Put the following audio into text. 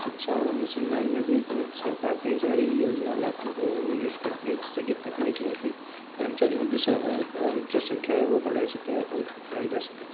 शिक्षा और अनुसंधान में भी तो सरकार कई सारी योजना लाती है और निवेश करती है जिससे कि तकनीक लिकली कर्मचारियों की जो संख्या है वह बढ़ाई सके बढ़ाई जा सके